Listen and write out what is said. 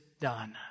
done